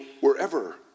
wherever